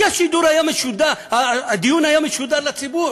כי הדיון היה משודר לציבור.